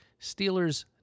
Steelers